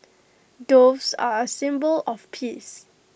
doves are A symbol of peace